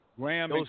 Graham